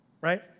right